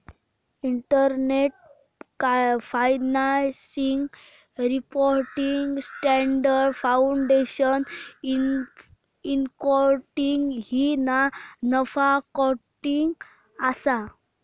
international financial reporting standards foundation incorporated ही ना नफा कॉर्पोरेशन असा